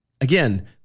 again